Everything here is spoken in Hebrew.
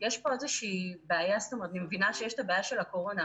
אני מבינה שיש את הבעיה של הקורונה,